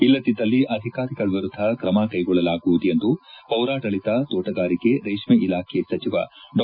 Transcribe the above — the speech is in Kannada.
ಇಲ್ಲದಿದ್ದಲ್ಲಿ ಅಧಿಕಾರಿಗಳ ವಿರುದ್ದ ತ್ರಮಕೈಗೊಳ್ಳಲಾಗುವುದು ಎಂದು ಪೌರಾಡಳಿತ ತೋಟಗಾರಿಕೆ ರೇಷ್ಮೆ ಇಲಾಖೆ ಸಚಿವ ಡಾ